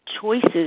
choices